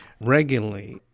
regularly